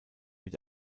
mit